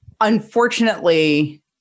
Unfortunately